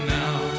now